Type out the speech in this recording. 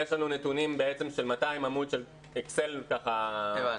יש לנו 200 עמוד של אקסלים ככה -- הבנתי.